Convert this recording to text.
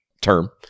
term